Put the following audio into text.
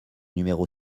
numéro